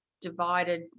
divided